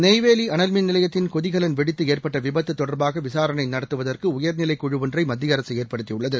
நெய்வேலி அனல்மின் நிலையத்தின் கொதிகலன் வெடித்து ஏற்பட்ட விபத்து தொடர்பாக விசாரணை நடத்துவதற்கு உயர்நிலை குழு ஒன்றை மத்திய அரசு ஏற்படுத்தியுள்ளது